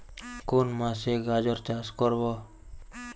কোন মাসে গাজর চাষ করব?